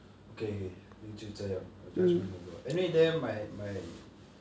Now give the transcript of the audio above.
okay then 就这样 I just bring over anyway there my my